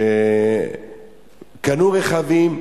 שקנו רכבים,